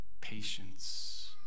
patience